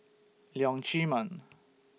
Leong Chee Mun